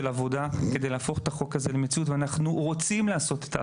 עבודה כדי להפוך את החוק הזה למציאות,